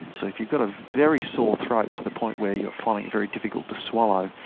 so if you've got a very sore throat to the point where you're finding it very difficult to swallow,